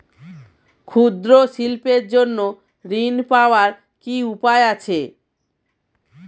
ক্ষুদ্র শিল্পের জন্য ঋণ পাওয়ার কি উপায় আছে?